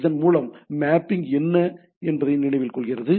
இதன் மூலம் மேப்பிங் என்ன என்பதை நினைவில் கொள்கிறது